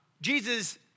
Jesus